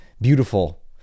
beautiful